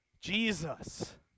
Jesus